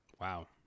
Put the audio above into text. Wow